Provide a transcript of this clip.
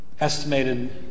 estimated